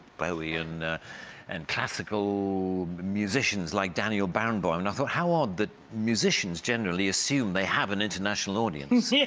bowie. and and classical musicians like daniel barenboim. and i thought, how odd that musicians generally assume they have an international audience. yeah